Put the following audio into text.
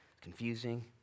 confusing